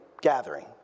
gathering